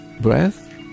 breath